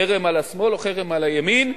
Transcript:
חרם על השמאל או חרם על הימין,